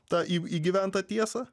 tą į įgyventą tiesa